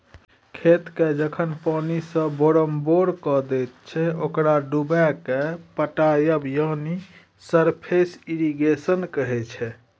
खेतकेँ जखन पानिसँ बोरमबोर कए दैत छै ओकरा डुबाएकेँ पटाएब यानी सरफेस इरिगेशन कहय छै